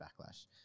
backlash